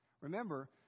Remember